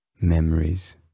memories